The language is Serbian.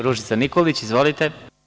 Ružica Nikolić, izvolite.